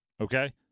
okay